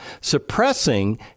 suppressing